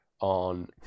on